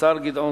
השר גדעון